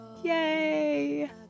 Yay